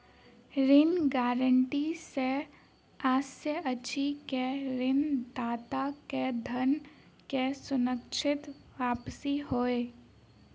ऋण गारंटी सॅ आशय अछि जे ऋणदाताक धन के सुनिश्चित वापसी होय